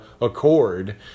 Accord